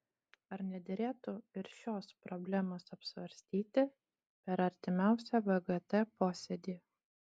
ar nederėtų ir šios problemos apsvarstyti per artimiausią vgt posėdį